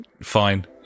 Fine